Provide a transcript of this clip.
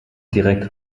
direkt